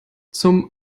zum